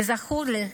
כזכור לי,